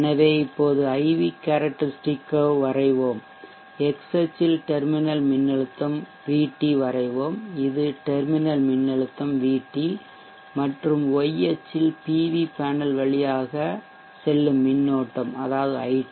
எனவே இப்போது IV characteristic curve வரைவோம் x அச்சில் டெர்மினல் மின்னழுத்தம் VT வரைவோம் இது டெர்மினல் மின்னழுத்தம் VT மற்றும் y அச்சில் PV பேனல் வழியாக செல்லும் மின்னோட்டம் அதாவது IT